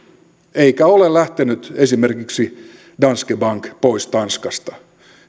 eikä ole lähtenyt esimerkiksi danske bank pois tanskasta